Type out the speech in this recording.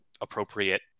appropriate